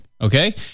okay